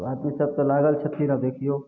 तऽ आदमी सभ तऽ लागल छथिन आब देखियौ